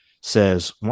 says